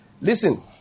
Listen